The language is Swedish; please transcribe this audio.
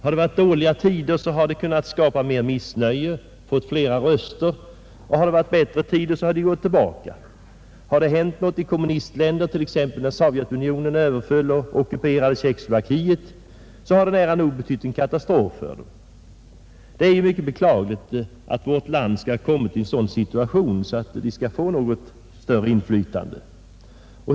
Har det varit dåliga tider, så har de kunnat skapa mera missnöje och fått flera röster. Har det varit bättre tider, så har de gått tillbaka. Har det hänt något i kommunistländer, t.ex. när Sovjetunionen överföll och ockuperade Tjeckoslovakien, så har det betytt katastrof för dem. Det är mycket beklagligt att vårt land skall ha kommit i en sådan situation att kommunisterna skall få något större inflytande.